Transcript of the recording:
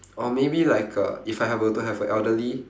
or maybe like a if I have a were to have a elderly